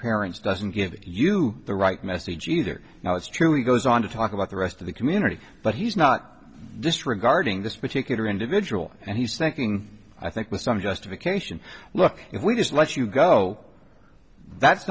parents doesn't give you the right message either now it's true he goes on to talk about the rest of the community but he's not disregarding this particular individual and he's thinking i think with some justification look if we just let you go that's